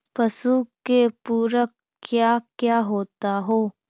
पशु के पुरक क्या क्या होता हो?